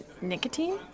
Nicotine